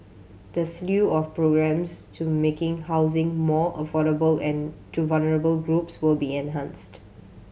the slew of programmes to making housing more affordable and to vulnerable groups will be enhanced